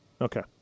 Okay